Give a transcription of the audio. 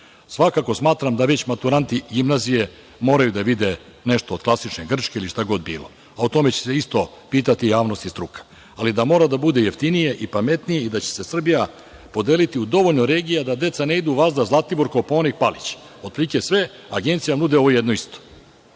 vidimo. Svakako, smatram da već maturanti gimnazije moraju da vide nešto od klasične Grčke ili šta god bilo. O tome će se isto pitati javnost i struka. Ali, mora da bude jeftinije i pametnije i da će se Srbija podeliti u dovoljno regija da deca ne idu vazda Zlatibor, Kopaonik, Palić. Otprilike sve agencije vam nude ovo jedno isto.